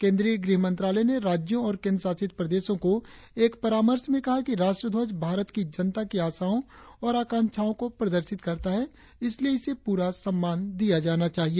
केंद्रीय गृह मंत्रालय ने राज्यों और केंद्र शासित प्रदेशों को एक परामर्श में कहा है कि राष्ट्र ध्वज भारत की जनता की आशाओं और आकांक्षाओं को प्रदर्शित करता है इसलिए इसे पूरा सम्मान दिया जाना चाहिए